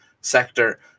sector